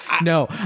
No